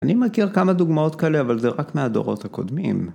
אני מכיר כמה דוגמאות כאלה, אבל זה רק מהדורות הקודמים.